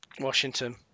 Washington